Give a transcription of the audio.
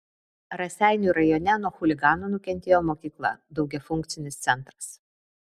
raseinių rajone nuo chuliganų nukentėjo mokykla daugiafunkcinis centras